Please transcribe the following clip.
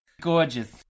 Gorgeous